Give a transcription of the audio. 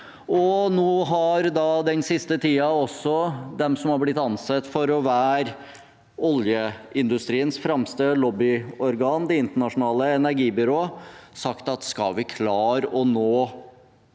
og nå har den siste tiden også de som har blitt ansett for å være oljeindustriens fremste lobbyorgan, Det internasjonale energibyrået, sagt at skal vi klare å nå